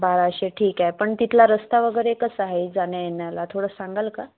बाराशे ठीक आहे पण तिथला रस्ता वगैरे कसं आहे जाण्या येण्याला थोडं सांगाल का